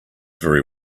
very